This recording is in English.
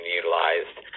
utilized